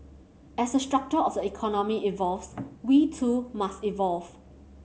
as the structure of the economy evolves we too must evolve